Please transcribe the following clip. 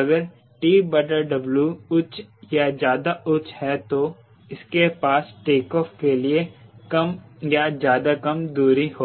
अगर TW उच्च या ज्यादा उच्च है तो इसके पास टेकऑफ़ के लिए कम या ज्यादा कम दूरी होगी